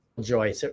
joy